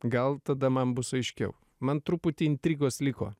gal tada man bus aiškiau man truputį intrigos liko